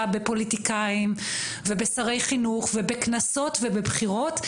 בפוליטיקאים ובשרי חינוך ובכנסות ובבחירות,